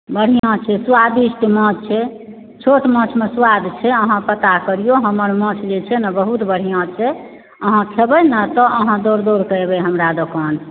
बढ़िऑं छै स्वादिस्ट माछ छै छोट माछमे स्वाद छै अहाँ पता करिऔ हमर माछ जे छै ने बहुत बढ़िऑं छै अहाँ खेबै ने तऽ अहाँकेँ दौड़ दौड़ कऽ एबै हमरा दोकान पर